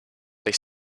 they